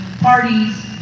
parties